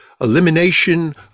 elimination